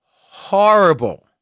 horrible